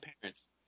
parents